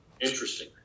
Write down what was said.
Interesting